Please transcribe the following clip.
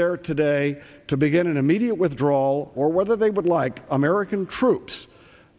there today to begin an immediate withdrawal or whether they would like american troops